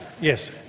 Yes